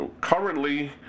Currently